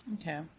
Okay